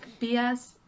BS